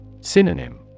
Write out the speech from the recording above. Synonym